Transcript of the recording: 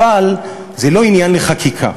אבל זה לא עניין לחקיקה.